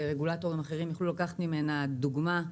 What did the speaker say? שרגולטורים יכולים לקחת ממנה דוגמה.